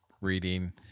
reading